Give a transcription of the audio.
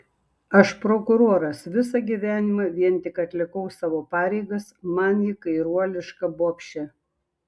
aš prokuroras visą gyvenimą vien tik atlikau savo pareigas man ji kairuoliška bobšė